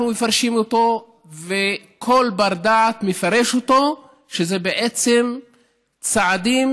אנחנו מפרשים אותו וכל בר-דעת מפרש אותו שאלה בעצם צעדים